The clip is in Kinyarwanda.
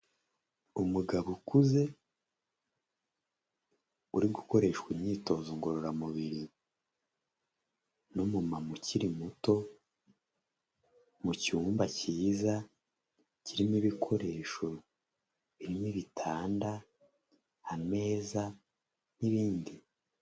Umugabo ukuze uri gukoreshwa imyitozo ngororamubiri n’umu mama ukiri muto mu cyumba cyiza, kirimo ibikoresho birimo Ibitanda, ameza n'ibindi.